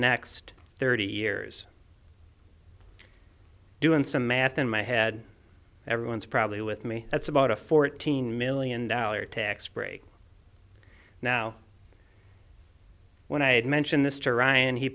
next thirty years doing some math in my head everyone's probably with me that's about a fourteen million dollars tax break now when i had mentioned this to ryan he